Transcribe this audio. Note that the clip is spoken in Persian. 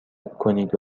کنید